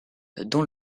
dont